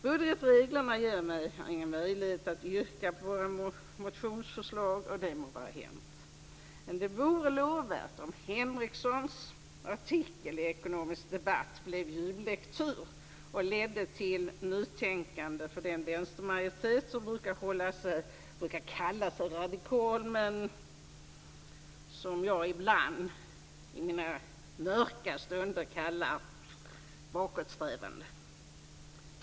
Budgetreglerna ger mig ingen möjlighet att yrka på våra motionsförslag - och det må vara hänt. Men det vore lovvärt om Henreksons artikel i Ekonomisk debatt blev jullektyr och ledde till nytänkande för den vänstermajoritet som brukar kalla sig radikal men som jag ibland i mina mörka stunder kallar bakåtsträvande.